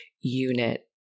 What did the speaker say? unit